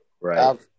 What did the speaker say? Right